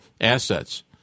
assets